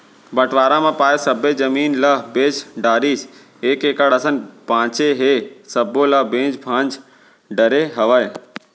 बंटवारा म पाए सब्बे जमीन ल बेच डारिस एक एकड़ असन बांचे हे सब्बो ल बेंच भांज डरे हवय